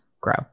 grow